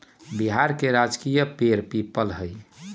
बिहार के राजकीय पेड़ पीपल हई